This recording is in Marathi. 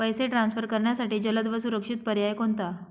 पैसे ट्रान्सफर करण्यासाठी जलद व सुरक्षित पर्याय कोणता?